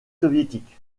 soviétique